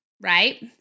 right